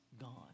gone